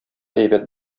әйбәт